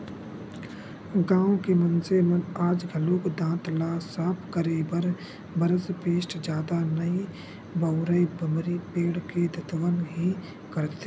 गाँव के मनसे मन आज घलोक दांत ल साफ करे बर बरस पेस्ट जादा नइ बउरय बमरी पेड़ के दतवन ही करथे